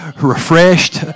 refreshed